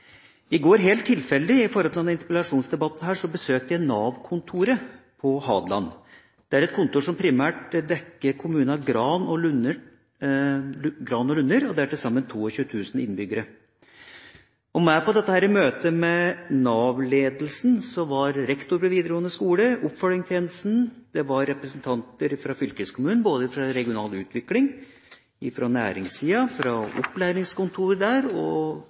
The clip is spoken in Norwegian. I går, helt tilfeldig med hensyn til denne interpellasjonsdebatten, besøkte jeg Nav-kontoret på Hadeland. Det er et kontor som primært dekker kommunene Gran og Lunner, med til sammen 22 000 innbyggere. Med på dette møtet med Nav-ledelsen var rektor ved videregående skole, oppfølgingstjenesten, representanter fra fylkeskommunen, både fra regional utvikling, fra næringssida og fra opplæringskontoret der, og